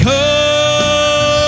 Come